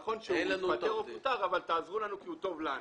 נכון שהוא התפטר או פוטר אבל תעזרו לנו כי הוא טוב לנו".